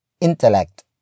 intellect